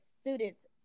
students